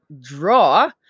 Draw